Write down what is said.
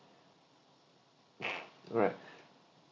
alright